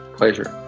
Pleasure